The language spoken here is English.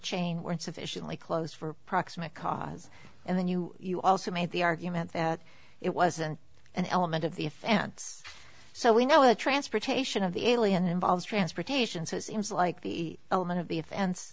chain weren't sufficiently close for proximate cause and then you you also made the argument that it wasn't an element of the offense so we know the transportation of the alien involves transportation so it seems like the element of